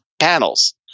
panels